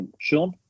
Sean